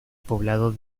poblado